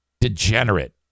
degenerate